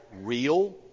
real